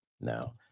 Now